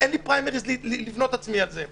אין לי פריימריז לבנות את עצמי על זה.